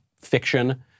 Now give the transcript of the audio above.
fiction